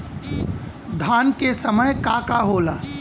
धान के समय का का होला?